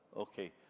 okay